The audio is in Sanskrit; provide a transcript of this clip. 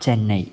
चेन्नै